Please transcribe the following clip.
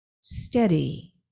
steady